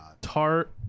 tart